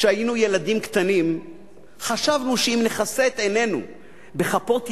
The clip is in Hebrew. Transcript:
כשהיינו ילדים קטנים חשבנו שאם נכסה את עינינו בכפות ידינו,